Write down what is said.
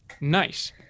nice